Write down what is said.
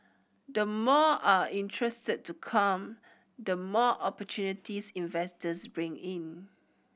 the more are interested to come the more opportunities investors bring in